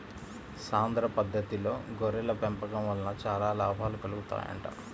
సాంద్ర పద్దతిలో గొర్రెల పెంపకం వలన చాలా లాభాలు కలుగుతాయంట